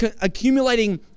accumulating